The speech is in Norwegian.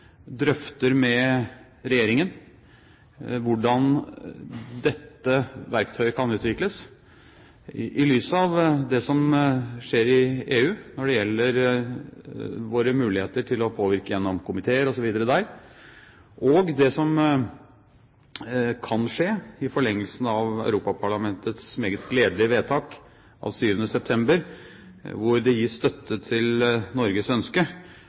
drøfter med regjeringen hvordan dette verktøyet kan utvikles i lys av det som skjer i EU når det gjelder våre muligheter til å påvirke gjennom komiteer osv. der, og det som kan skje i forlengelsen av Europaparlamentets meget gledelige vedtak av 7. september, der det gis støtte til Norges ønske